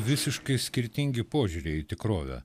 visiškai skirtingi požiūriai į tikrovę